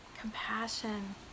compassion